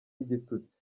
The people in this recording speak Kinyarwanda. igitutsi